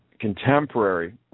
contemporary